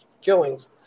killings